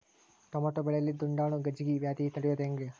Tomato ಬೆಳೆಯಲ್ಲಿ ದುಂಡಾಣು ಗಜ್ಗಿ ವ್ಯಾಧಿ ತಡಿಯೊದ ಹೆಂಗ್?